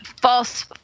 false